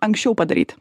anksčiau padaryti